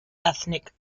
ethnic